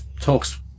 talks